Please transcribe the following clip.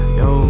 yo